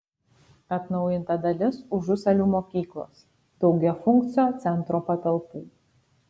atnaujinta dalis užusalių mokyklos daugiafunkcio centro patalpų